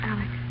Alex